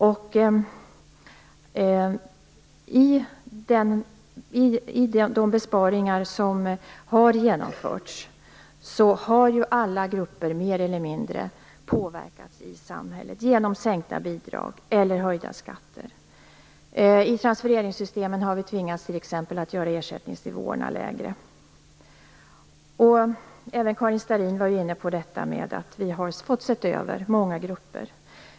I de besparingar som har genomförts har alla grupper i samhället mer eller mindre påverkats, genom sänkta bidrag eller höjda skatter. Vi har t.ex. tvingats göra ersättningsnivåerna lägre i transfereringssystemen. Även Karin Starrin var inne på detta - vi har fått se över många grupper.